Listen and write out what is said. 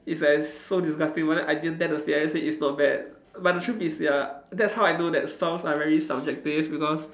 it's like so disgusting but then I didn't dare to say I just say it's not bad but the truth is ya that's how I know that songs are very subjective because